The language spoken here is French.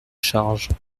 charge